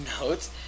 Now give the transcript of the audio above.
notes